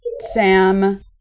Sam